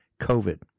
COVID